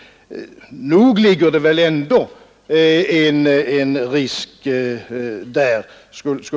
Jag skulle tro att det ändå ligger en risk där.